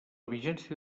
vigència